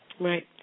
Right